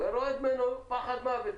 והוא היה רועד ממנו, פחד מוות.